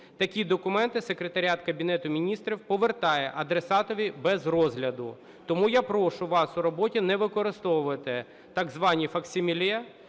Такі документи секретаріат Кабінету Міністрів повертає адресатові без розгляду. Тому я прошу вас у роботі не використовувати так звані факсиміле,